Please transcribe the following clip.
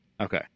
Okay